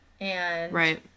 Right